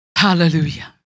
Hallelujah